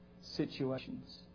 situations